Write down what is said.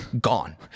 gone